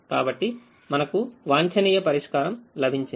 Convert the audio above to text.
కాబట్టి మనకు వాంఛనీయ పరిష్కారం లభించింది